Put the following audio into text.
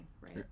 right